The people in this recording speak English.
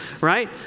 Right